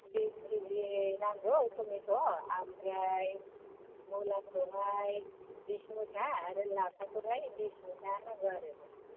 बिस केजि नांगौ टमेट' ओमफ्राय मुलाखौहाय बिस मुथा आरो लाफाखौहाय बिस मुथा नांगौ आरो